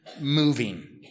moving